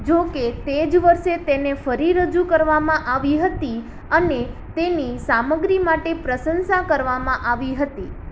જોકે તેજ વર્ષે તેને ફરી રજૂ કરવામાં આવી હતી અને તેની સામગ્રી માટે પ્રશંસા કરવામાં આવી હતી